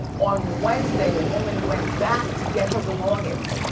on wednesday, the woman went back to get her belongings,